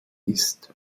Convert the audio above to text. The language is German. ist